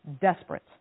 desperate